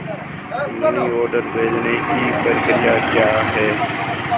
Money order भेजने की प्रक्रिया क्या है?